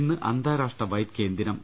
ഇന്ന് അന്താരാഷ്ട്ര white cane ദിനം